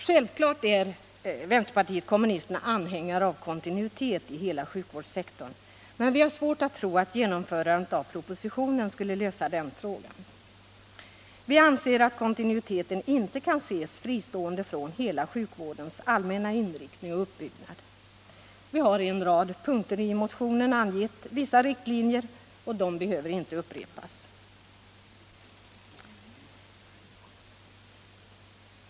Självfallet är vpk anhängare av kontinuitet i hela sjukvårdssektorn, men vi har svårt att tro att genomförandet av propositionens förslag skulle lösa den frågan. Vi anser att kontinuiteten inte kan ses fristående från hela sjukvårdens allmänna inriktning och uppbyggnad. Vi har i en rad punkter i motion 1934 angett vissa riktlinjer, och dessa behöver inte upprepas.